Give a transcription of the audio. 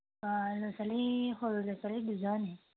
অঁ ল'ৰা ছোৱালী সৰু ল'ৰা ছোৱালী দুজনহে